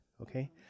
okay